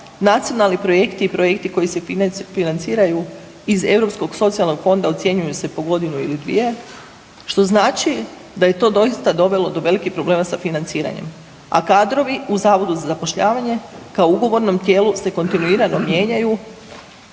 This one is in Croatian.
nacionalni projekti i projekti koji se financiraju iz Europskog socijalnog fonda ocjenjuju se po godinu ili dvije što znači da je to doista dovelo do velikih problema sa financiranjem, a kadrovi u zavodu za zapošljavanje kao ugovornom tijelu se kontinuirano mijenjaju